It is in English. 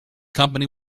company